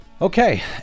Okay